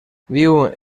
viu